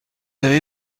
avez